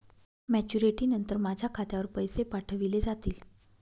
Maturity नंतर माझ्या खात्यावर पैसे पाठविले जातील?